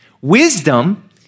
Wisdom